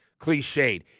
cliched